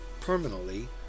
permanently